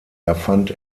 erfand